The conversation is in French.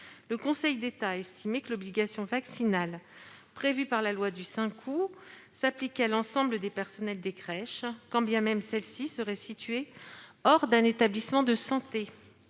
le Conseil d'État a estimé que l'obligation vaccinale prévue par la loi du 5 août 2021 s'appliquait à l'ensemble des personnels de crèche, quand bien même celle-ci serait située hors d'un établissement de santé.